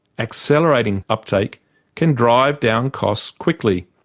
accelerating uptake can drive down costs quickly